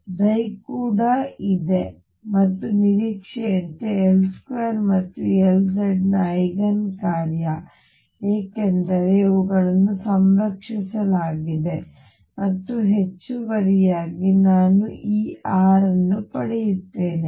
ಆದ್ದರಿಂದ ಈಗ ಕೂಡ ಇದೆ ಮತ್ತು ನಿರೀಕ್ಷೆಯಂತೆ L2 ಮತ್ತು Lz ನ ಐಗನ್ ಕಾರ್ಯ ಏಕೆಂದರೆ ಇವುಗಳನ್ನು ಸಂರಕ್ಷಿಸಲಾಗಿದೆ ಮತ್ತು ಹೆಚ್ಚುವರಿಯಾಗಿ ನಾನು ಈ r ಅನ್ನು ಪಡೆಯುತ್ತೇನೆ